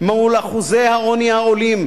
מול אחוזי העוני העולים,